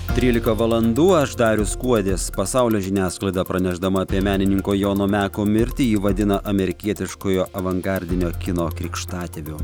trylika valandų aš darius kuodis pasaulio žiniasklaida pranešdama apie menininko jono meko mirtį jį vadina amerikietiškojo avangardinio kino krikštatėviu